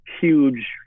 huge